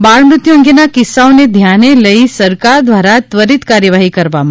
બાળમૃત્યુ અંગેના કિસ્સાઓને ધ્યાને લઇ સરકાર દ્વારા ત્વરિત કાર્યવાહી કરવામાં